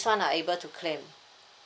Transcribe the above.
[one] are able to claim